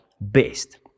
best